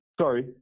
Sorry